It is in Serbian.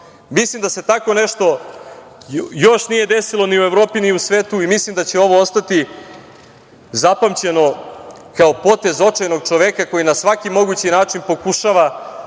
Mislim da se tako nešto još nije desilo ni u Evropi, ni u svetu i mislim da će ovo ostati zapamćeno kao potez očajnog čoveka koji na svaki mogući način pokušava